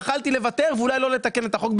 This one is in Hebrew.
יכולתי לוותר ואולי לא לתקן את החוק,